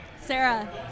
Sarah